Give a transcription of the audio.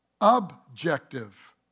objective